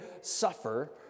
suffer